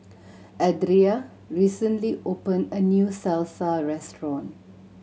Adria recently opened a new Salsa Restaurant